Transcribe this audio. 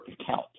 account